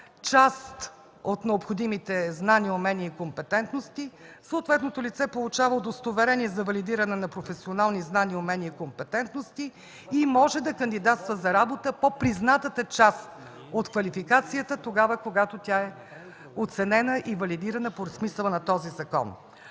част от необходимите знания, умения и компетентности, съответното лице получава удостоверение за валидиране на професионални знания, умения и компетентности и може да кандидатства за работа по признатата част от квалификацията, когато тя е оценена и валидирана според смисъла на този закон.